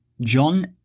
John